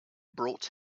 brought